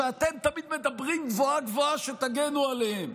שאתם תמיד מדברים גבוהה-גבוהה על כך שתגנו עליהם.